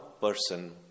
person